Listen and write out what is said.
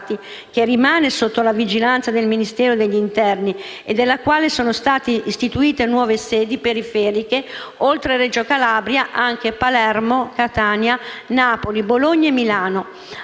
che rimane sotto la vigilanza del Ministero dell'interno e della quale sono state istituite nuove sedi periferiche; oltre Reggio Calabria anche Palermo, Catania, Napoli, Bologna e Milano.